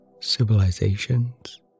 civilizations